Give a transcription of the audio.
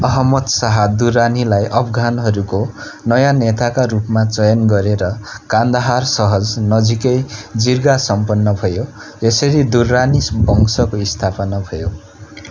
Ahmad Shah दुर्रानीलाई अफगानहरूको नयाँ नेताका रूपमा चयन गरेर कान्दाहार शहर नजिकै जिरगा सम्पन्न भयो यसरी दुर्रानी वंशको स्थापना भयो